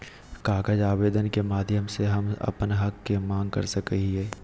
कागज आवेदन के माध्यम से हम अपन हक के मांग कर सकय हियय